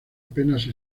apenas